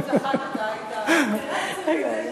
כשהוא צחק אתה היית,